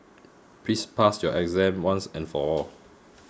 please pass your exam once and for all